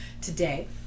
today